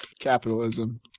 capitalism